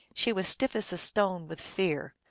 she was stiff as a stone with fear.